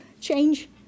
change